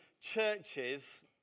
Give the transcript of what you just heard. churches